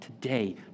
today